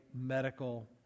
medical